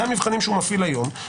זה המבחנים שמפעיל היום.